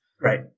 Right